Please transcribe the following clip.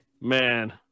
Man